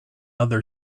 other